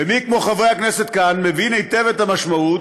ומי כמו חברי הכנסת כאן מבין היטב את המשמעות